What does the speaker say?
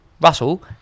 Russell